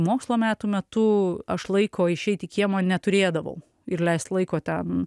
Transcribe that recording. mokslo metų metu aš laiko išeit į kiemą neturėdavau ir leist laiko ten